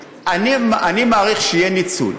תודה.